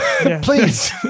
please